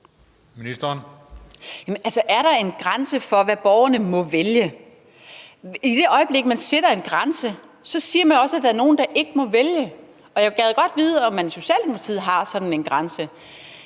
er der en grænse for, hvad borgerne må vælge? I det øjeblik, man sætter en grænse, siger man også, at der er nogle, der ikke må vælge. Og jeg gad godt vide, om man i Socialdemokratiet har sådan en grænse.